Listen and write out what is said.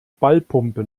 ballpumpe